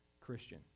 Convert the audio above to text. Christian